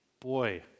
boy